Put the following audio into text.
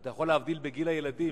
שאתה יכול להבדיל בגיל הילדים.